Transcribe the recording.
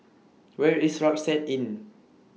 Where IS Rucksack Inn